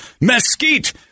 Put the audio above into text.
Mesquite